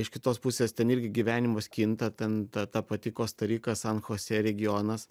iš kitos pusės ten irgi gyvenimas kinta ten ta ta pati kosta rika san chosė regionas